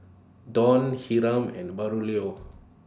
Dawn Hiram and Braulio